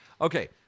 Okay